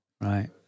right